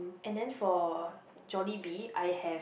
and then for Jollibee I have